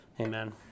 Amen